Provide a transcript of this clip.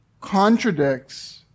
contradicts